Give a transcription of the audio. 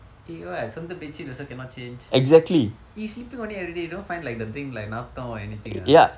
eh what சொந்த:sontha bedsheet also cannot change you sleeping only everyday don't find like the thing like நாதம்:naatham or anything ah